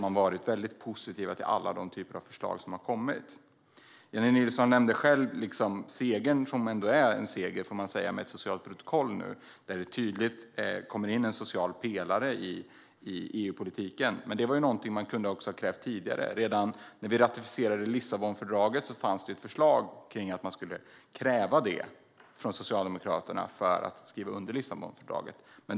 Man har varit positiv till alla typer av förslag som har kommit. Jennie Nilsson nämnde själv segern, som ändå är en seger, med ett socialt protokoll som gör att det kommer in en social pelare i EU-politiken. Men det hade man kunnat kräva tidigare. Redan när Lissabonfördraget ratificerades fanns det ett förslag från Socialdemokraterna om att man skulle kräva det för att man skulle skriva under Lissabonfördraget.